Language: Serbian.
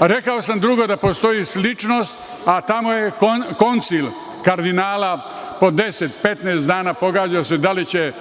Rekao sam da postoji sličnost, a tamo je koncil kardinala, po 10-15 dana pogađa se da li će